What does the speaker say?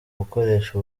gukoresha